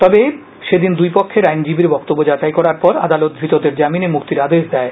তবে সেদিন দুই পক্ষের আইনজীবীদের বক্তব্য যাচাই করার পর আদালত ধৃতদের জামিনে মুক্তির আদেশ দেয়